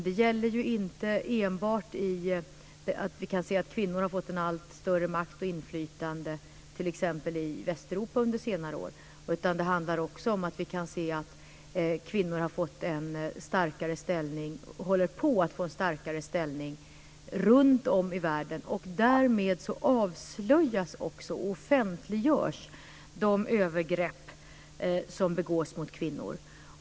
Det gäller inte enbart där vi kan se att kvinnor har fått större makt och inflytande - t.ex. i Västeuropa under senare år - utan vi kan också se att kvinnorna håller på att få en starkare ställning runtom i världen. Därmed avslöjas och offentliggörs också de övergrepp som begås mot kvinnor.